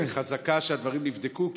חזקה שהדברים נבדקו.